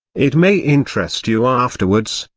it may interest you afterwards,